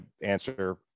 answer